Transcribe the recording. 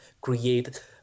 create